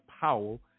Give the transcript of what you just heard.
powell